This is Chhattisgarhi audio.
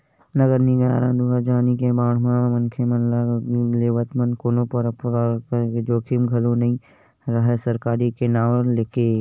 नगर निगम दुवारा जारी करे गे बांड म मनखे मन ल लेवब म कोनो परकार के जोखिम घलो नइ राहय सरकारी के नांव लेके